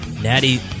Natty